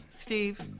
Steve